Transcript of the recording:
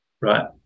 Right